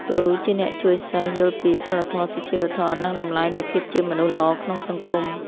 គ្រូជាអ្នកជួយសិស្សយល់ពីសីលធម៌ សុជីវធម៌ និងតម្លៃនៃភាពជាមនុស្សល្អក្នុងសង្គម។